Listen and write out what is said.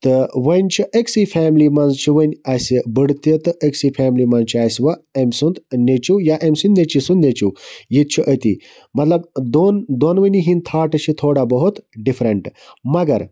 تہٕ وۄنۍ چھ أکسٕے فیملی مَنٛز چھِ وۄنۍ اَسہِ بٕڈٕ تہِ تہٕ أکسٕے فیملی مَنٛز چھُ اَسہِ وَ امہ سُنٛد نیٚچوٗ یا امہ سٕندۍ نیٚچی سُنٛد نیٚچوٗ یہِ تہِ چھُ أتی مَطلَب دۄن دۄنوٕنی ہٕنٛد تھاٹس چھِ تھوڑا بہت ڈِفرَنٹ مگر